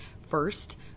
first